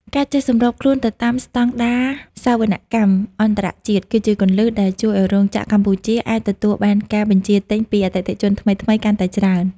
ការចេះសម្របខ្លួនទៅតាមស្ដង់ដារសវនកម្មអន្តរជាតិ គឺជាគន្លឹះដែលជួយឱ្យរោងចក្រកម្ពុជាអាចទទួលបានការបញ្ជាទិញពីអតិថិជនថ្មីៗកាន់តែច្រើន។